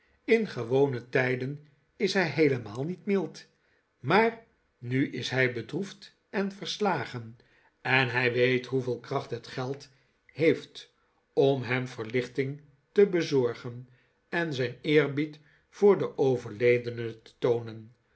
in gewone tijden is hij heelemaal niet mild maar nu is hij bedroefd en verslagen en hij weet hoeveel kracht het geld heeft om hem verlichting te bezorgen en zijn eerbied voor den overledene te toonen